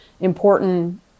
important